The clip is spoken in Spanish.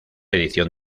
edición